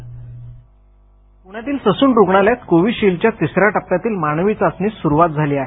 script पण्यातील Sassoon रूग्णालयात कोविशिल्डच्या तिसऱ्या टप्प्यातील मानवी चाचणीस सुरूवात झाली आहे